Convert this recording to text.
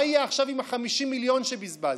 מה יהיה עכשיו עם 50 המיליון שבזבזת?